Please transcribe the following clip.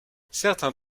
certains